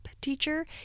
teacher